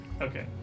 Okay